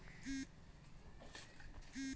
ऋनेर संपूर्ण विवरण ऐपत दखाल नी दी छेक